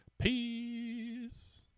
Peace